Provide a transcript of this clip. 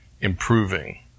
improving